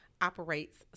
operates